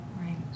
Right